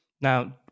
Now